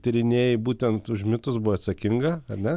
tyrinėjai būtent už mitus buvai atsakinga ar ne